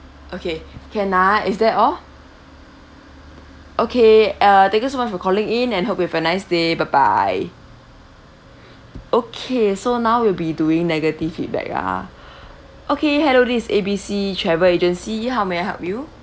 okay can ah is that all okay uh thank you so much for calling in and hope you've a nice day bye bye okay so now we'll be doing negative feedback ah okay hello this is A B C travel agency how may I help you